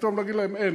ופתאום להגיד להם: אין,